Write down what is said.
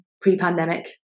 pre-pandemic